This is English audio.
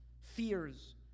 fears